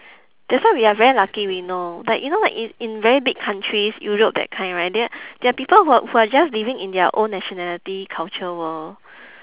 that's why we are very lucky we know like you know like in in very big countries europe that kind right there are there are people who are who are just living in their own nationality culture world